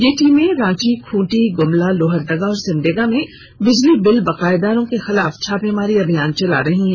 ये टीमें रांची खूंटी ग्रमला लोहरदगा और सिमडेगा में बिजली बिल बकायेदारों के खिलाफ छापेमारी अभियान चला रही है